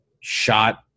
shot